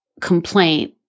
complaint